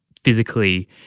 physically